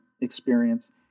experience